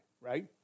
right